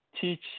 teach